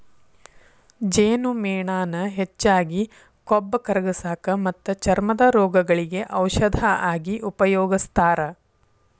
ಜೇನುಮೇಣಾನ ಹೆಚ್ಚಾಗಿ ಕೊಬ್ಬ ಕರಗಸಾಕ ಮತ್ತ ಚರ್ಮದ ರೋಗಗಳಿಗೆ ಔಷದ ಆಗಿ ಉಪಯೋಗಸ್ತಾರ